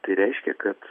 tai reiškia kad